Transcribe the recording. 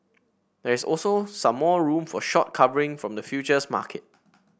there is also some more room from short covering from the futures market